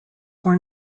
were